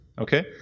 okay